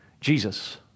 Jesus